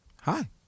Hi